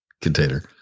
container